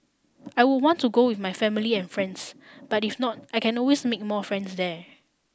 I would want to go with my family and friends but if not I can always make more friends there